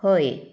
हय